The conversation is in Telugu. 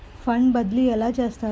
ఫండ్ బదిలీ ఎలా చేస్తారు?